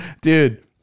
Dude